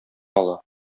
ала